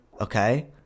Okay